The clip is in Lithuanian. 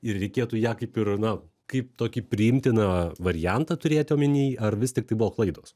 ir reikėtų ją kaip ir na kaip tokį priimtiną variantą turėti omeny ar vis tik tai buvo klaidos